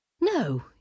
No